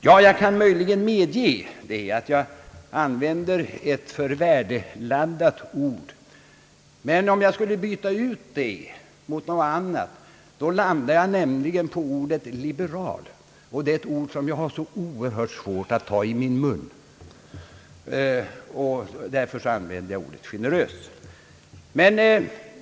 Jag kan möjligen medge att jag använde ett för värdeladdat ord. Men om jag skulle byta ut det mot något annat landar jag på ordet liberal, och det är ett ord som jag har oerhört svårt att ta i min mun. Därför använde jag ordet generös.